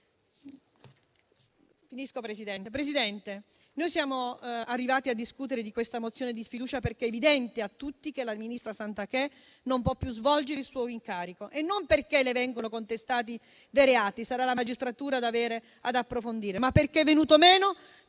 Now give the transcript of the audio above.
ministra Garnero Santanché. Siamo arrivati a discutere di questa mozione di sfiducia perché è evidente a tutti che la ministra Garnero Santanché non può più svolgere il suo incarico e non perché le vengano contestati dei reati - sarà la magistratura ad approfondire - ma perché è venuto meno